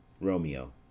Romeo